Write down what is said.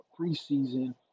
preseason